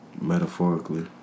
metaphorically